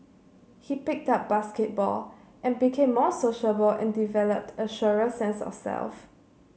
he picked up basketball and became more sociable and developed a surer sense of self